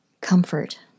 comfort